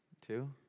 two